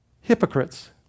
hypocrites